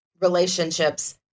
relationships